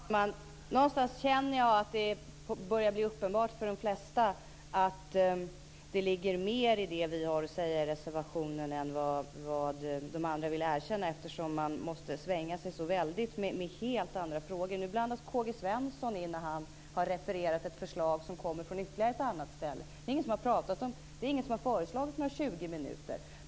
Fru talman! Någonstans känner jag att det börjar bli uppenbart för de flesta att det ligger mer i det som vi har att säga i reservationen än vad de andra vill erkänna, eftersom de måste svänga sig så väldigt mycket med helt andra frågor. Nu blandas Karl-Gösta Svenson in, då han refererade ett förslag som kommer från ytterligare ett annat ställe. Det är ingen som har föreslagit några 20 minuter.